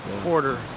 quarter